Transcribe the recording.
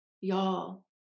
Y'all